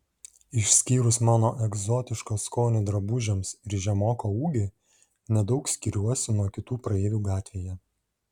išskyrus mano egzotišką skonį drabužiams ir žemoką ūgį nedaug skiriuosi nuo kitų praeivių gatvėje